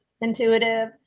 intuitive